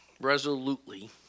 resolutely